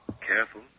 Careful